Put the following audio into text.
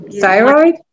thyroid